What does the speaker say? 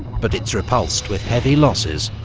but it's repulsed with heavy losses,